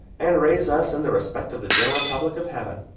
and raise us in the respect of the general public of heaven.